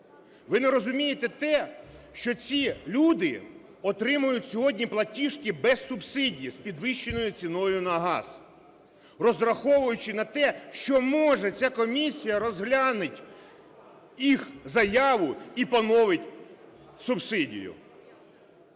Ви не розумієте те, що ці люди отримують сьогодні платіжки без субсидії, з підвищеною ціною на газ, розраховуючи на те, що, може, ця комісія розгляне їх заяву і поновить субсидію.